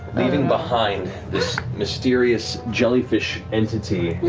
leaving behind this mysterious jellyfish entity.